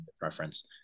preference